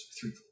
three